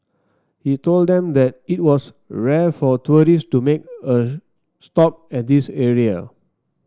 he told them that it was rare for tourists to make a stop at this area